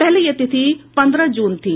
पहले यह तिथि पंद्रह जून थी